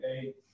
eight